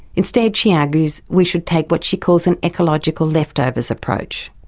instead she argues we should take what she calls an ecological leftovers approach.